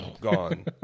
Gone